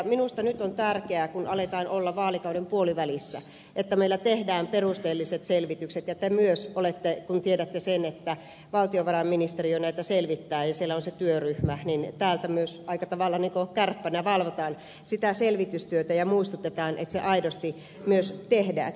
minusta nyt on tärkeää kun aletaan olla vaalikauden puolivälissä että meillä tehdään perusteelliset selvitykset ja kun tiedätte että valtiovarainministeriö näitä selvittää ja siellä on se työryhmä niin täältä myös aika tavalla niin kuin kärppänä valvotaan sitä selvitystyötä ja muistutetaan että se aidosti myös tehdään